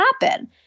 happen